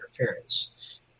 interference